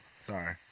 Sorry